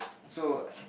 so